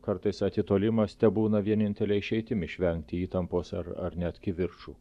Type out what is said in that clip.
kartais atitolimas tebūna vienintele išeitimi išvengti įtampos ar ar net kivirčų